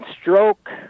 stroke